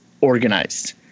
organized